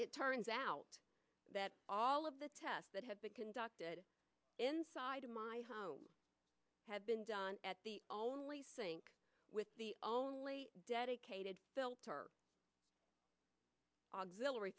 it turns out that all of the tests that have been conducted inside my home have been done at the only sink with the only dedicated filter auxilary